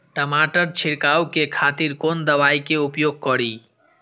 टमाटर छीरकाउ के खातिर कोन दवाई के उपयोग करी?